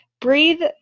breathe